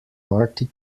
party